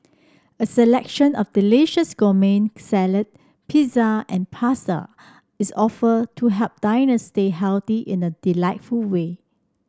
a selection of delicious gourmet salad pizza and pasta is offered to help diners stay healthy in a delightful way